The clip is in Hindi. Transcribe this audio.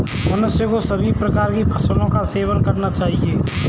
मनुष्य को सभी प्रकार के फलों का सेवन करना चाहिए